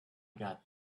got